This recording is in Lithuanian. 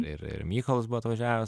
ir ir mykolas buvo atvažiavęs